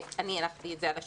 אני הנחתי את זה על השולחן,